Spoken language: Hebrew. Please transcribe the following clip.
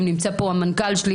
נמצא פה המנכ"ל שלי,